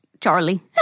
Charlie